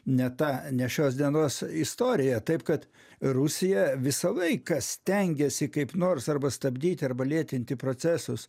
ne ta ne šios dienos istorija taip kad rusija visą laiką stengėsi kaip nors arba stabdyti arba lėtinti procesus